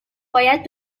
باید